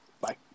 Bye